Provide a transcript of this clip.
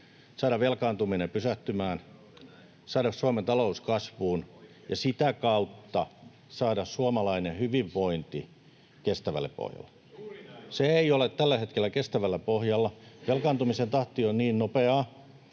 saada velkaantuminen pysähtymään, saada Suomen talous kasvuun ja sitä kautta suomalainen hyvinvointi kestävälle pohjalle. Se ei ole tällä hetkellä kestävällä pohjalla — velkaantumisen tahti on niin nopeaa,